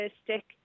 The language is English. stick